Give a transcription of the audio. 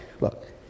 look